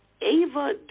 Ava